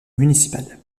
municipal